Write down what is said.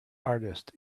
artist